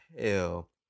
hell